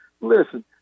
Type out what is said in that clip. listen